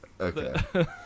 Okay